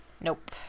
Nope